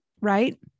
right